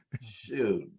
Shoot